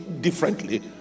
differently